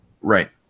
Right